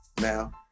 now